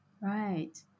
Right